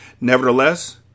Nevertheless